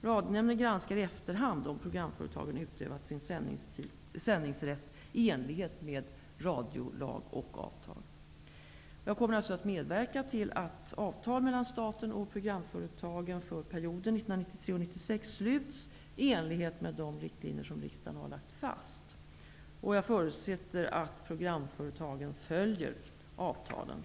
Radionämnden granskar i efterhand om programföretagen utövat sin sändningsrätt i enlighet med radiolag och avtal. Jag kommer alltså att medverka till att avtal mellan staten och programföretagen för perioden 1993-- 1996 sluts i enlighet med de riktlinjer som riksdagen har lagt fast. Jag förutsätter att programföretagen följer avtalen.